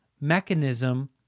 mechanism